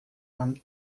man